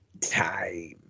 time